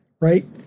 right